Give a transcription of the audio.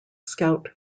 scout